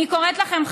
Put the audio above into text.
אני קוראת לכם,